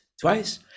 twice